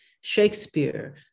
Shakespeare